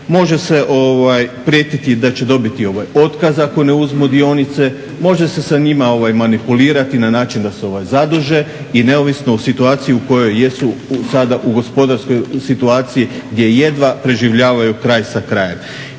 može se prijetiti da će dobiti otkaz ako ne uzmu dionice, može se sa njima manipulirati na način da se zaduže i neovisno o situaciji u kojoj jesu sada u gospodarskoj situaciji gdje jedva preživljavaju kraj sa krajem.